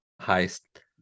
highest